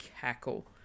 cackle